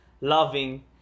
loving